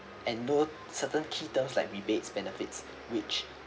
and know certain key terms like rebates benefits which